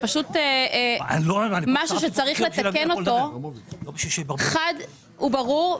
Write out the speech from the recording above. זה פשוט משהו שצריך לתקן חד וברור,